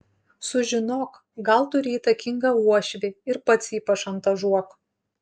sužinok gal turi įtakingą uošvį ir pats jį pašantažuok